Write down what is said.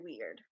weird